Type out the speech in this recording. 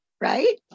right